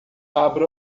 abra